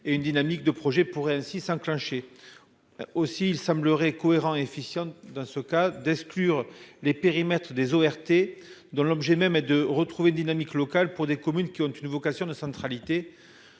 Et une dynamique de projets pourraient ainsi s'enclencher. Aussi il semblerait cohérent efficient dans ce cas d'exclure les périmètres des ORT dont l'objet même et de retrouver une dynamique locale pour des communes qui ont une vocation de centralité.